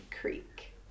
creek